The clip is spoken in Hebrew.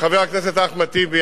חבר הכנסת אחמד טיבי,